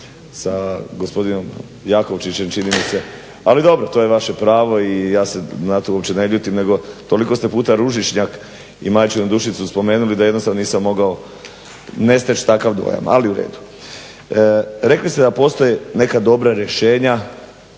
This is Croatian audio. sa gospodinom Jakovčićem čini mi se, ali dobro to je vaše pravo i ja se na to uopće ne ljutim, nego toliko ste puta ružičnjak i majčinu dušicu spomenuli da jednostavno nisam mogao ne steći takav dojam, ali u redu. Rekli ste da postoje neka dobra rješenja